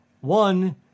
One